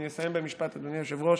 אני אסיים במשפט, אדוני היושב-ראש.